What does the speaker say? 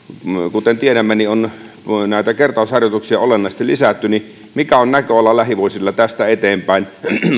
kuten tiedämme näitä kertausharjoituksia olennaisesti lisätty mikä on näköala lähivuosille tästä eteenpäin